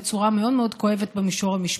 בצורה מאוד מאוד כואבת במישור המשפטי.